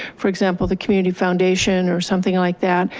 for example, the community foundation or something like that?